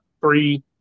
three